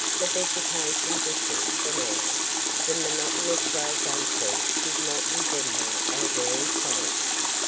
the vegetation differs from ours the monotonous grey gum-trees did not resemble our varied forests,